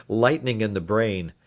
lightning in the brain,